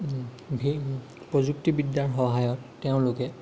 প্ৰযুক্তিবিদ্যাৰ সহায়ত তেওঁলোকে